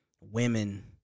women